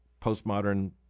postmodern